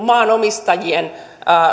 maanomistajien